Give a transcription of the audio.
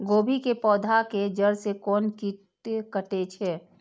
गोभी के पोधा के जड़ से कोन कीट कटे छे?